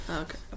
Okay